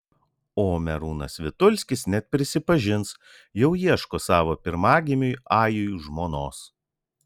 o merūnas vitulskis net prisipažins jau ieško savo pirmagimiui ajui žmonos